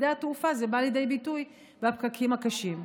בשדה התעופה זה בא לידי ביטוי בפקקים הקשים.